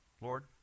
Lord